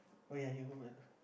wait ah you